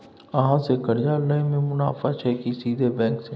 अहाँ से कर्जा लय में मुनाफा छै की सीधे बैंक से?